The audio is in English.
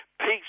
Peace